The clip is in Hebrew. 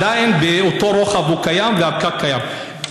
קיים עדיין באותו רוחב והפקק קיים,